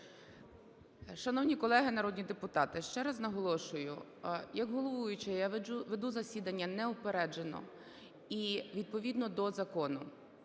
Шановні колеги народні депутати, ще раз наголошую, як головуюча я веду засідання неупереджено і відповідно до закону,